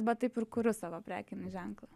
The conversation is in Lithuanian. bet taip ir kuriu savo prekinį ženklą